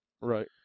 Right